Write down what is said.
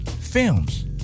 films